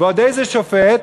ועוד איזה שופט?